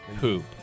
poop